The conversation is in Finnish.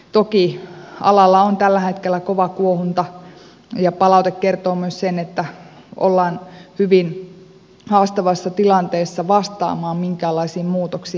toki alalla on tällä hetkellä kova kuohunta ja palaute kertoo myös sen että ollaan hyvin haastavassa tilanteessa vastaamaan minkäänlaisiin muutoksiin